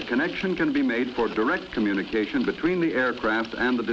a connection can be made for direct communication between the aircraft and the